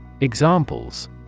Examples